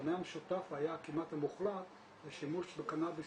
המכנה המשותף הכמעט מוחלט היה שימוש בקנאביס